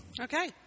Okay